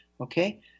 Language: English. Okay